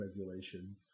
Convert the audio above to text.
regulation